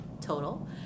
total